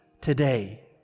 today